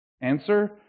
Answer